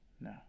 No